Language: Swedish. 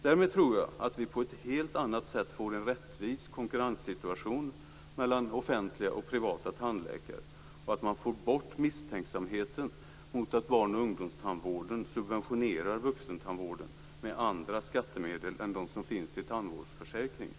Därmed tror jag att vi på ett helt annat sätt får en rättvis konkurrenssituation mellan offentliga och privata tandläkare och att man får bort misstänksamheten mot att barn och ungdomstandvården subventionerar vuxentandvården med andra skattemedel än de som finns i tandvårdsförsäkringen.